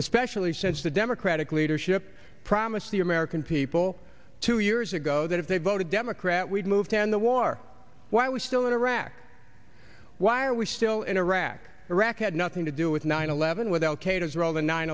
especially since the democratic leadership promised the american people two years ago that if they voted democrat we'd move to end the war while we still in iraq why are we still in iraq iraq had nothing to do with nine eleven with al